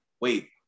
wait